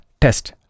test